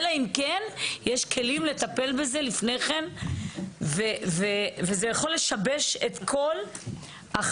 אלא אם כן יש כלים לטפל בזה לפני כן וזה יכול לשבש את כל החיים.